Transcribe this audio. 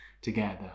together